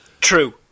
true